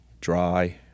dry